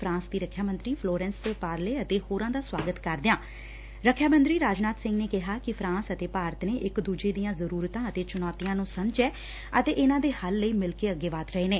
France ਦੀ ਰੱਖਿਆ ਮੰਤਰੀ ਫਲੋਰੈਂਸ ਪਾਰਲੇ ਅਤੇ ਹੋਰਾਂ ਦਾ ਸੁਆਗਤ ਕਰਦਿਆਂ ਰੱਖਿਆ ਮੰਤਰੀ ਰਾਜਨਾਥ ਸਿੰਘ ਨੇ ਕਿਹਾ ਕਿ ਫਰਾਂਸ ਅਤੇ ਭਾਰਤ ਨੇ ਇਕ ਦੁਜੇ ਦੀਆਂ ਜ਼ਰੁਰਤਾਂ ਅਤੇ ਚੁਣੌਤੀਆਂ ਨੂੰ ਸਮਝਿਐ ਅਤੇ ਇਨਾਂ ਦੇ ਹੱਲ ਲਈ ਮਿਲਕੇ ਅੱਗੇ ਵੱਧ ਰਹੇ ਨੇ